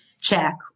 check